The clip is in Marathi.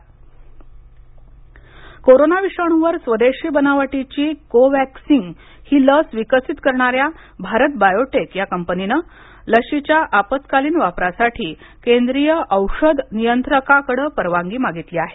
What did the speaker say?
भारत बायोटेक कोरोन विषाणूवर स्वदेशी बनावटीची कोव्हॅक्सीन ही लस विकसीत करणाऱ्या भारत बायोटेक या कंपनीनं लशीच्या आपत्कालीन वापरासाठी केंद्रीय औषध नियंत्रकांकडं परवानगी मागितली आहे